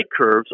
curves